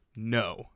No